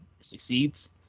succeeds